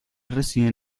residen